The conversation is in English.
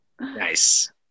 Nice